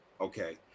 Okay